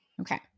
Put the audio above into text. Okay